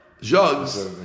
jugs